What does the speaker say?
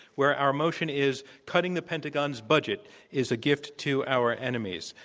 where our motion is, cutting the pentagon's budget is a gift to our enemies.